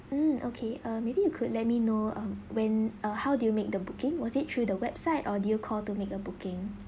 mm okay uh maybe you could let me know um when uh how do you make the booking was it through the website or do you call to make a booking